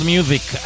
Music